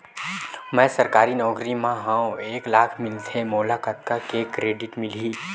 मैं सरकारी नौकरी मा हाव एक लाख मिलथे मोला कतका के क्रेडिट मिलही?